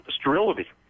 sterility